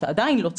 עדיין לא צריך,